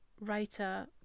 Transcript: writer